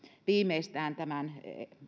viimeistään tämän